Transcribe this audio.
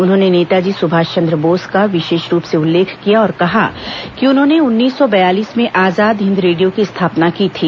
उन्होंने नेताजी सुभाषचन्द्र बोस का विशेष रूप से उल्लेख किया और कहा कि उन्होंने उन्नीस सौ बयालीस में आजाद हिंद रेडियो की स्थापना की थी